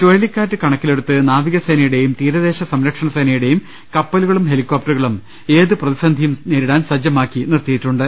ചുഴലിക്കാറ്റ് കണക്കിലെടുത്ത് നാവികസേനയുടെയും തീരദേശസം രക്ഷണസേനയുടെയും കപ്പലുകളും ഹെലികോപ്റ്ററുകളും ഏതു പ്രതിസന്ധിയും നേരിടാൻ സജ്ജമാക്കി നിർത്തിയിട്ടുണ്ട്